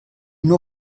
nur